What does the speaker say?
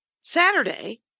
saturday